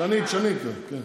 תשני, תשני את זה, כן.